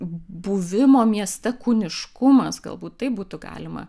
buvimo mieste kūniškumas galbūt taip būtų galima